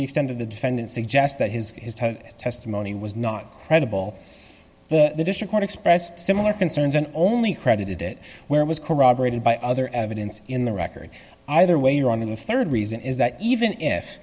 the extent of the defendant suggest that his testimony was not credible the district expressed similar concerns and only credited it where it was corroborated by other evidence in the record either way you're wrong in the rd reason is that even if